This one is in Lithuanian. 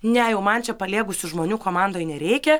ne jau man čia paliegusių žmonių komandoj nereikia